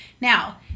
Now